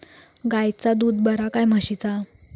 गायचा दूध बरा काय म्हशीचा?